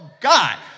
God